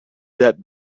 that